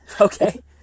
Okay